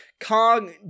Kong